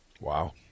Wow